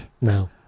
No